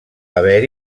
haver